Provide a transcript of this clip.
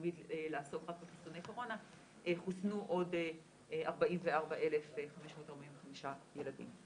התלמיד לעשות רק חיסוני קורונה חוסנו עוד 44,545 ילדים.